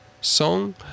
song